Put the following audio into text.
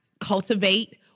cultivate